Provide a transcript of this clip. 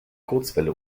kurzwelle